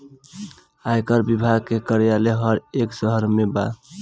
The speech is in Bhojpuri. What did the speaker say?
आयकर विभाग के कार्यालय हर एक शहर में बा